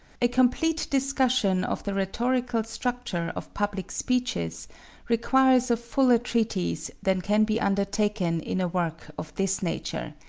a complete discussion of the rhetorical structure of public speeches requires a fuller treatise than can be undertaken in a work of this nature,